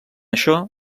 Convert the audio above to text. això